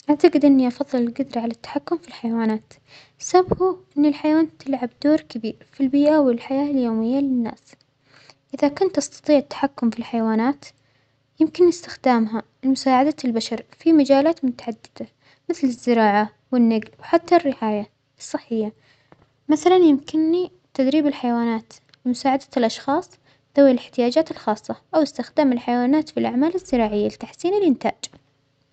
أعتجد إنى أفظل الجدرة على التحكم في الحيوانات، السبب هو أن الحيوانات تلعب دور كبير في البيئة والحياة اليومية للناس، إذا كنت أستطيع التحكم في الحيوانات يمكن إستخدامها في لمساعدة البشر في مجالات متعددة مثل الزراعه والنجل وحتى الرعاية الصحية، مثلا يمكننى تدريب الحيوانات لمساعدة الأشخاص ذوى الإحتياجات الخاصة، أو إستخدام الحيوانات في الأعمال الزراعية لتحسين الإنتاج.